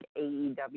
AEW